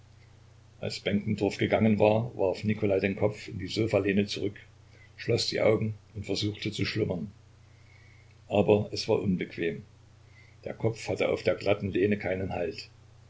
als benkendorf gegangen war warf nikolai den kopf in die sofalehne zurück schloß die augen und versuchte zu schlummern aber es war unbequem der kopf hatte auf der glatten lehne keinen halt